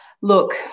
Look